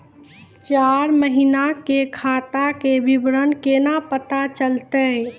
चार महिना के खाता के विवरण केना पता चलतै?